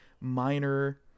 Minor